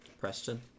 Preston